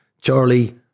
Charlie